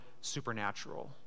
supernatural